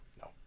No